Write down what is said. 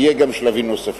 יהיו גם שלבים נוספים.